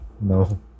No